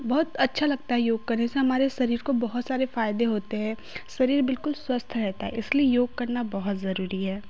बहुत अच्छा लगता है योग करने से हमारे शरीर को बहुत सारे फ़ायदे होते हैं शरीर बिलकुल स्वस्थ रहता है इसलिए योग करना बहुत ज़रूरी है